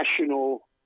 national